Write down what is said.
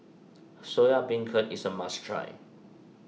Soya Beancurd is a must try